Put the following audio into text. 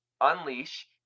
unleash